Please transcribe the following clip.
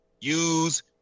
use